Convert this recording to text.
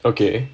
okay